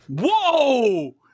Whoa